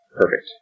Perfect